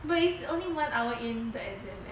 but it's only one hour in the exam eh